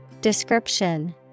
Description